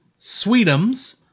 Sweetums